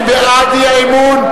מי בעד האי-אמון?